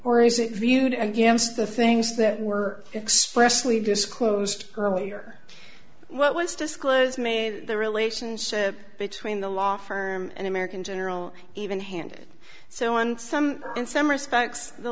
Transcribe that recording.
it viewed against the things that were expressed we disclosed earlier what was disclosed made the relationship between the law firm and american general even handed so on some in some respects the